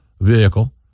vehicle